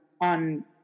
on